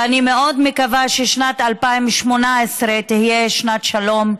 ואני מאוד מקווה ששנת 2018 תהיה שנת שלום,